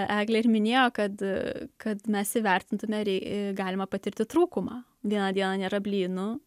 eglė ir minėjo kad kad mes įvertintume rei galima patirti trūkumą vieną dieną nėra blynų